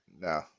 No